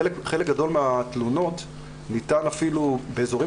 בחלק גדול מהתלונות ניתן אפילו באזורים